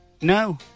No